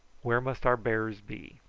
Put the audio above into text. where must our bearers be?